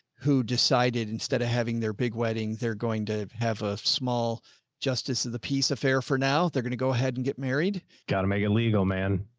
who decided instead of having their big wedding, they're going to have a small justice of the peace of fare. for now. they're going to go ahead and get married. og gotta make a legal man